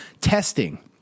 testing